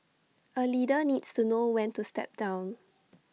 A leader needs to know when to step down